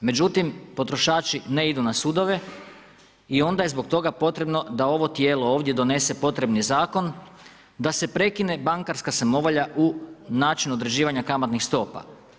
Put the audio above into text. Međutim, potrošači ne idu na sudove i onda je zbog toga potrebno da ovo tijelo ovdje donesen potrebni zakon, da se prekine bankarska samovolja u načinu određivanja kamatnih stopa.